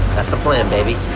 that's the plan baby,